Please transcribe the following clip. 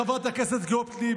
חברת הכנסת גוטליב,